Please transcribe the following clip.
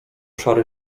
szary